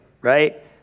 right